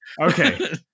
Okay